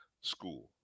school